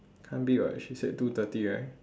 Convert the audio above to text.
can't be [what] she said two thirty right